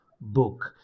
book